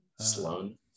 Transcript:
Sloan